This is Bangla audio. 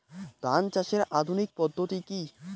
ধান চাষের আধুনিক পদ্ধতি কি?